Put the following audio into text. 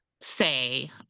say